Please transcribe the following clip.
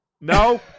No